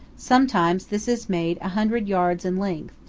sometimes this is made a hundred yards in length,